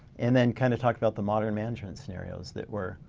and then kind of talk about the modern management scenarios that we're,